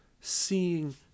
seeing